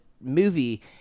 movie